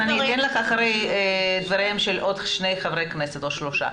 אתן לך אחרי דבריהם של עוד שני חברי כנסת או שלושה.